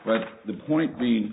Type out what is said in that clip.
but the point being